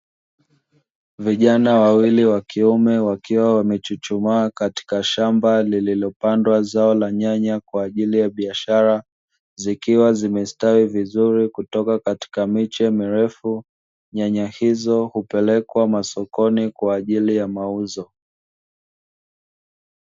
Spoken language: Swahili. Vijana wawili wa kiume wakiwa wamechuchumaa shambani wakiwa wanaangalia nyanya zilizokuwa zinastawi vizuri kutoka katika miti mirefu iliyopandwa na kustawi vizuri katika shamba hilo